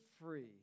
free